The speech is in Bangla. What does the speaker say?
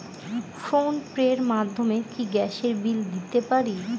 ফোন পে র মাধ্যমে কি গ্যাসের বিল দিতে পারি?